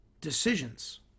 decisions